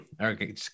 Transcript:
Okay